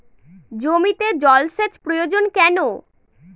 জমিতে জল সেচ প্রয়োজন কেন?